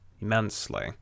immensely